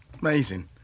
amazing